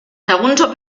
darunter